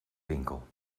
winkel